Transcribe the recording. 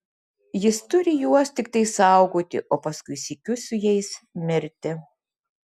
jis turi juos tiktai saugoti o paskui sykiu su jais mirti